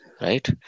right